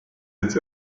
its